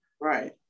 Right